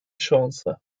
chance